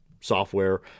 software